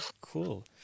cool